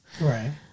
right